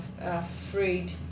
afraid